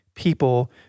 People